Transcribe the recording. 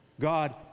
God